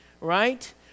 right